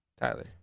Tyler